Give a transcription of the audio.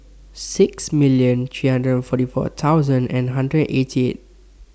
sixt million three hundred forty four thousand and hundred eighty eight